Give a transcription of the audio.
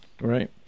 right